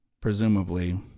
presumably